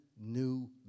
new